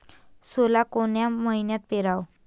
सोला कोन्या मइन्यात पेराव?